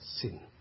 Sin